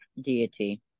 deity